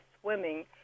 swimming